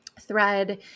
thread